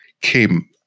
came